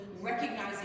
Recognizing